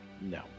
No